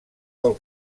del